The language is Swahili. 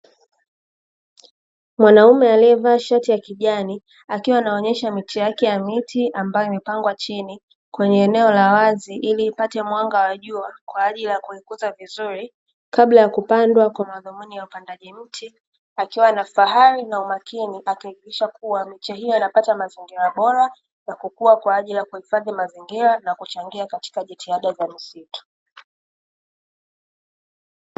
Mwanaume aliyevaa shati la kijani akiwa anaonyesha mechi yake ya miti ambayo imepangwa chini kwenye eneo la wazi ili ipate mwanga wa jua kwa ajili ya kuikuza vizuri kabla ya kupandwa kwa akiwa ana fahari na umakini akiwakilisha kuwa miche hiyo inapata mazingira bora Kukua kwa ajili ya kuhifadhi mazingira na kuchangia katika jitihada za misitu.